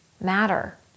matter